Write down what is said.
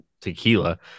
tequila